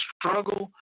struggle